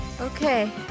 Okay